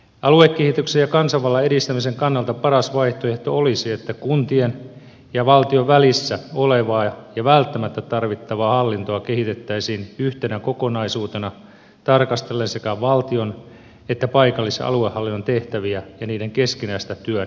aluekehityksen ja kansanvallan edistämisen kannalta paras vaihtoehto olisi että kuntien ja valtion välissä olevaa ja välttämättä tarvittavaa hallintoa kehitettäisiin yhtenä kokonaisuutena tarkastellen sekä valtion että paikallis ja aluehallinnon tehtäviä ja niiden keskinäistä työn ja resurssienjakoa